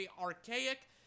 archaic